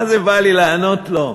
מה-זה בא לי לענות לו.